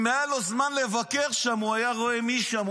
אם היה לו זמן לבקר שם הוא היה רואה מי שם,